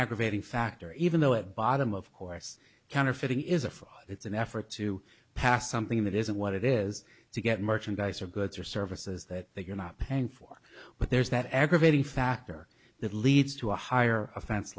aggravating factor even though at bottom of course counterfeiting is a for it's an effort to pass something that isn't what it is to get merchandise or goods or services that you're not paying for but there's that aggravating factor that leads to a higher offense